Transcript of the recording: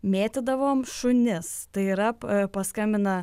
mėtydavom šunis tai yra paskambina